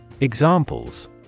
Examples